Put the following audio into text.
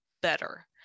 better